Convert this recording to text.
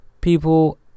People